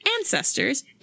ancestors